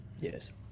Yes